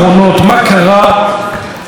מה קרה לאופוזיציה,